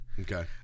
Okay